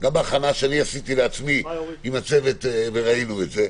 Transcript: גם בהכנה שעשיתי לעצמי עם הצוות וראינו את זה,